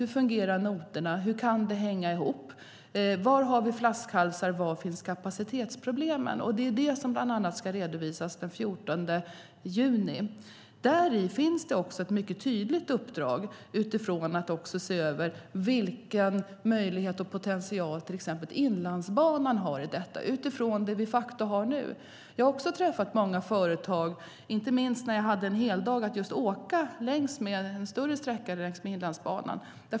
Hur fungerar noterna? Hur kan det hänga ihop? Var har vi flaskhalsar? Var finns kapacitetsproblemen? Det är bland annat det som ska redovisas den 14 juni. Där finns också ett mycket tydligt uppdrag att se över vilken möjlighet och potential till exempel Inlandsbanan har i detta, utifrån det vi de facto har nu. Jag har också träffat många företagare, inte minst när jag hade en heldag för att åka längs med en större sträcka längs med Inlandsbanan.